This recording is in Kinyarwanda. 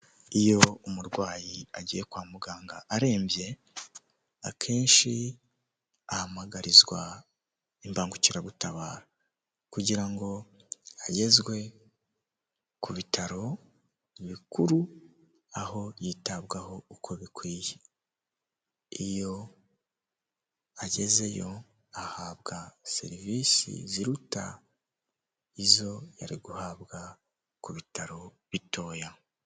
Iyo umurwayi agiye kwa muganga arembye akenshi ahamagarizwa imbangukiragutabara kugira ngo agezwe ku bitaro bikuru aho yitabwaho uko bikwiye iyo agezeyo ahabwa serivisi ziruta izo yari guhabwa ku bitaro bitoya.